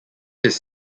his